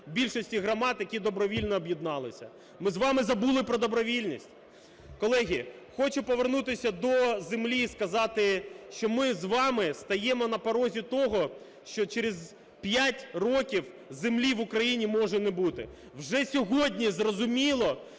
більшості громад, які добровільно об'єдналися. Ми з вами забули про добровільність. Колеги, хочу повернутися до землі і сказати, що ми з вами стоїмо на порозі того, що через 5 років землі в Україні може не бути. Вже сьогодні зрозуміло,